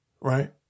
right